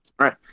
right